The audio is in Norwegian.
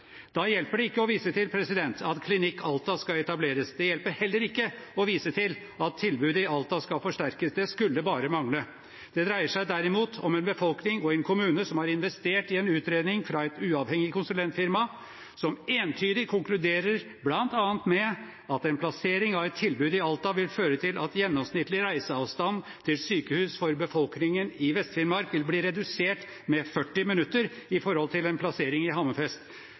Da hjelper det ikke å vise til at Klinikk Alta skal etableres. Det hjelper heller ikke å vise til at tilbudet i Alta skal forsterkes. Det skulle bare mangle. Det dreier seg derimot om en befolkning og en kommune som har investert i en utredning fra et uavhengig konsulentfirma, som entydig konkluderer bl.a. med at en plassering av et tilbud i Alta vil føre til at gjennomsnittlig reiseavstand til sykehus for befolkningen i Vest-Finnmark vil bli redusert med 40 minutter i forhold til en plassering i